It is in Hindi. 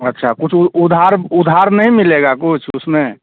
अच्छा कुछ उ उधार उधार नहीं मिलेगा कुछ उसमें